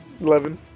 Eleven